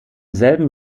selben